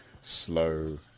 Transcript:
slow